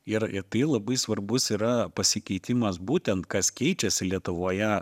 ir ir tai labai svarbus yra pasikeitimas būtent kas keičiasi lietuvoje